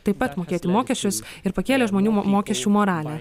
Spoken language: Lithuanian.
taip pat mokėti mokesčius ir pakėlė žmonių mo mokesčių moralę